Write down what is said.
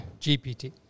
GPT